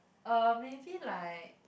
uh maybe like